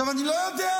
עכשיו אני לא יודע,